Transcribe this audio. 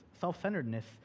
self-centeredness